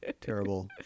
terrible